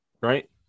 right